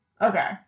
Okay